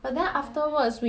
I he~